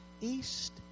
East